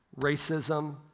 racism